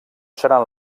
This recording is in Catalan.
seran